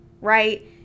right